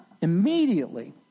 immediately